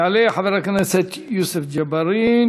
יעלה חבר הכנסת יוסף ג'בארין,